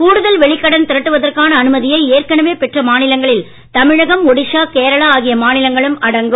கூடுதல் வெளிக்கடன் திரட்டுவதற்கான அனுமதியை ஏற்கனவே பெற்ற மாநிலங்களில் தமிழகம் ஒடிஷா கேரளா ஆகிய மாநிலங்களும் அடங்கும்